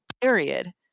Period